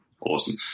Awesome